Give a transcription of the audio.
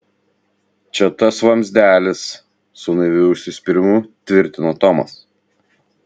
čia tas vamzdelis su naiviu užsispyrimu tvirtino tomas